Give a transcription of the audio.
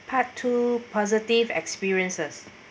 part two positive experiences